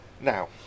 Now